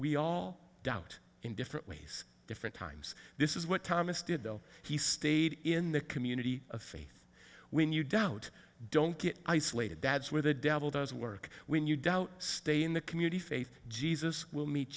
we all doubt in different ways different times this is what thomas did though he stayed in the community of faith when you doubt don't get isolated that's where the devil does work when you doubt stay in the community faith jesus will meet